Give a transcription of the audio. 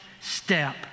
step